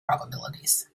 probabilities